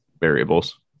variables